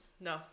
no